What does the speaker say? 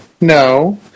no